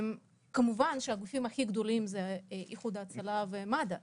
כמובן שהגופים הכי גדולים הם איחוד הצלה ומד"א,